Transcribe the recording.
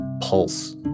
pulse